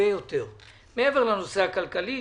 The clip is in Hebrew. מעבר לנושא הכלכלי.